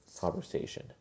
conversation